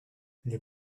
les